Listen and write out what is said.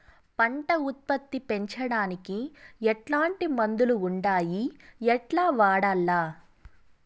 పంట ఉత్పత్తి పెంచడానికి ఎట్లాంటి మందులు ఉండాయి ఎట్లా వాడల్ల?